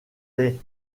des